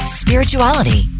spirituality